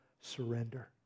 surrender